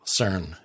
CERN